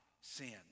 sin